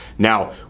Now